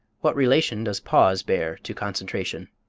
what relation does pause bear to concentration?